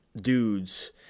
dudes